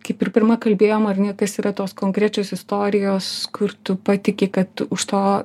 kaip ir pirma kalbėjom ar ne kas yra tos konkrečios istorijos kur tu patiki kad už to